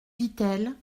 vitel